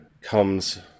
comes